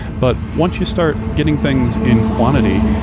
but once you start getting things in quantity,